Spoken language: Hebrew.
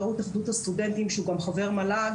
יו"ר התאחדות הסטודנטים שהוא גם חבר מל"ג,